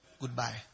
Goodbye